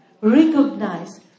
recognize